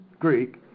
Greek